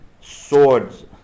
swords